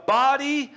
body